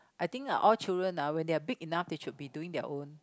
I think ah all children ah when they are big enough they should be doing their own